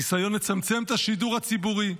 ניסיון לצמצם את השידור הציבורי,